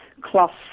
cloth